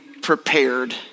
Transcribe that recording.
Prepared